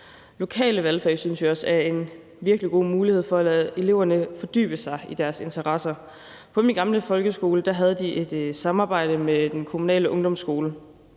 Lokale valgfag synes vi også er en virkelig god mulighed for at lade eleverne fordybe sig i deres interesser. På min gamle folkeskole havde de et samarbejde med den kommunale ungdomsskole.